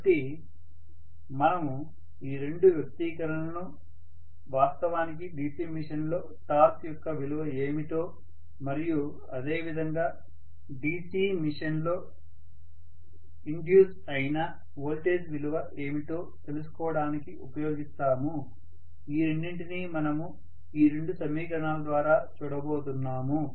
కాబట్టి మనము ఈ రెండు వ్యక్తీకరణలను వాస్తవానికి DC మెషిన్ లో టార్క్ యొక్క విలువ ఏమిటో మరియు అదేవిధంగా DC మెషిన్ లో ఇండ్యూస్ అయిన వోల్టేజ్ విలువ ఏమిటో తెలుసుకోవడానికి ఉపయోగిస్తాము ఈ రెండింటినీ మనము ఈ రెండు సమీకరణాల ద్వారా చూడబోతున్నాం